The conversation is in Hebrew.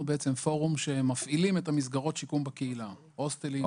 אנחנו פורום שמפעילים את מסגרות השיקום בקהילה הוסטלים,